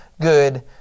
good